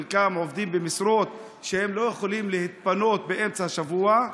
חלקם עובדים במשרות שהם לא יכולים להתפנות באמצע השבוע,